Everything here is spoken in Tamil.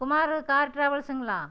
குமார் கார் டிராவல்ஸுங்களா